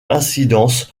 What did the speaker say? incidence